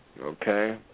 Okay